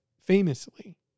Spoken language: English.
famously